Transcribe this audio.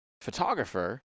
photographer